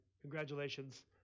Congratulations